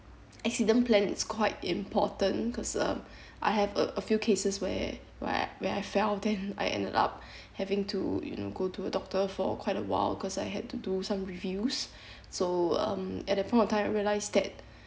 accident plan is quite important because um I have a a few cases where where where I fell then I ended up having to you know go to a doctor for quite a while because I had to do some reviews so um at that point of time I realise that